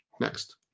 Next